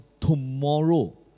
tomorrow